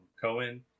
Cohen